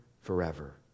forever